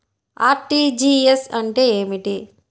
RTGS అంటే ఏమిటి?